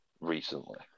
recently